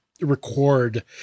record